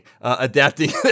adapting